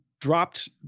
dropped